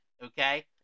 Okay